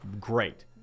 great